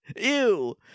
Ew